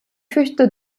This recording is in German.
fürchte